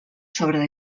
sobres